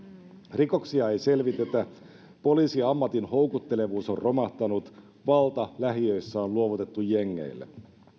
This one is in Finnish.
rikoksia ei selvitetä poliisiammatin houkuttelevuus on romahtanut valta lähiöissä on luovutettu jengeille